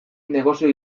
negozio